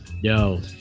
Yo